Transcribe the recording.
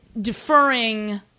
deferring